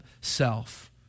self